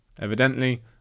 Evidently